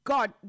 God